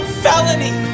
felony